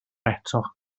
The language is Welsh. eto